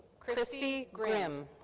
christy grim.